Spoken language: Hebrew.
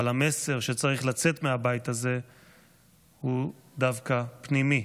אבל המסר שצריך לצאת מהבית הזה הוא דווקא פנימי,